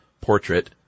portrait